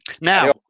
Now